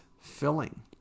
filling